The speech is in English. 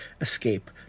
Escape